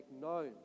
known